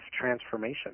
transformation